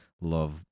love